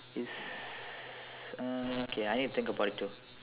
is uh okay I need to think about it too